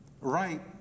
Right